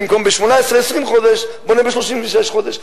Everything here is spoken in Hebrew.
במקום ב-18 20 חודש בונה ב-36 חודש.